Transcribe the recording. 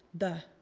the.